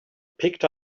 picked